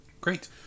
Great